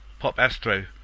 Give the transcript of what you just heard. popastro